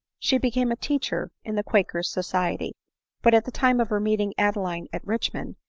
she became a teacher in the quaker's society but at the time of her meeting adeline at richmond,